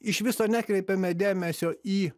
iš viso nekreipiame dėmesio į